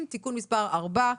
11 במאי 2022,